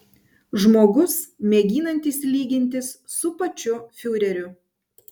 žmogus mėginantis lygintis su pačiu fiureriu